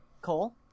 Cole